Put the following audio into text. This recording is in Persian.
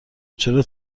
چرا